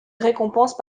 récompenses